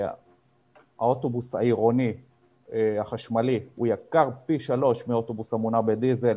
האוטובוס העירוני החשמלי יקר פי שלושה מאוטובוס המונע בדיזל.